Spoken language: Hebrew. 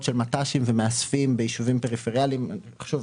של מט"שים ומאספים ביישובים פריפריאליים שוב,